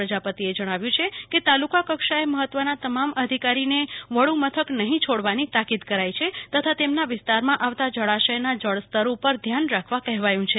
પ્રજાપતિ એ જણાવ્યું છે કે તાલુકા કક્ષા એ મહત્વ ના તમામ અધિકારી ને વડુ મથક નહીં છોડવાની તાકીદ કરાઈ છે તથા તેમના વિસ્તાર માં આવતા જળાશય ના જળ સ્તર ઉપર ધ્યાન રાખવા કહેવાયું છે